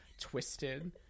twisted